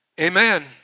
amen